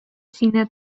сине